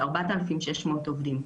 4,600 עובדים.